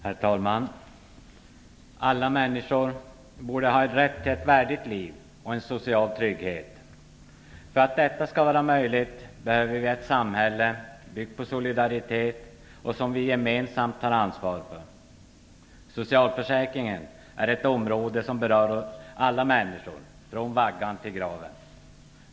Herr talman! Alla människor borde ha rätt till ett värdigt liv och en social trygghet. För att detta skall vara möjligt behöver vi ett samhälle byggt på solidaritet, som vi gemensamt tar ansvar för. Socialförsäkringen är ett område som berör alla människor, från vaggan till graven.